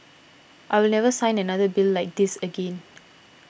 I will never sign another bill like this again